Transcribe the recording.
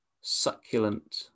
succulent